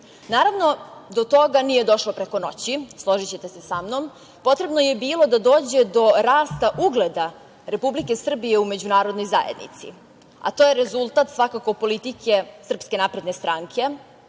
Srbije. Naravno, do toga nije došlo preko noći, složićete se sa mnom. Potrebno je bilo da dođe do rasta ugleda Republike Srbije u međunarodnoj zajednici, a to je rezultat svakako politike SNS, jedne efikasne